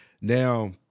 Now